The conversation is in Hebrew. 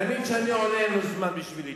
תמיד כשאני עונה אין לו זמן בשבילי.